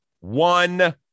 One